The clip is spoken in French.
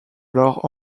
alors